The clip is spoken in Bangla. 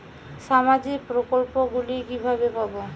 সামাজিক প্রকল্প গুলি কিভাবে পাব?